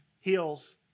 heals